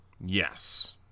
Yes